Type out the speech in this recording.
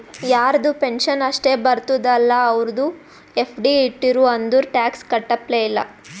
ಯಾರದು ಪೆನ್ಷನ್ ಅಷ್ಟೇ ಬರ್ತುದ ಅಲ್ಲಾ ಅವ್ರು ಎಫ್.ಡಿ ಇಟ್ಟಿರು ಅಂದುರ್ ಟ್ಯಾಕ್ಸ್ ಕಟ್ಟಪ್ಲೆ ಇಲ್ಲ